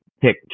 pick